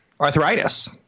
arthritis